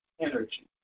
energy